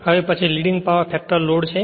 હવે પછી leading power factor load છે